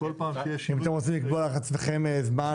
אם אתם רוצים לקבוע לעצמכם זמן